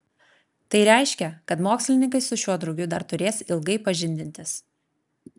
tai reiškia kad mokslininkai su šiuo drugiu dar turės ilgai pažindintis